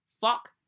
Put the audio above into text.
Fuck